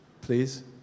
please